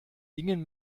gingen